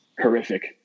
horrific